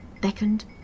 beckoned